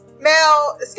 Mel